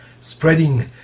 Spreading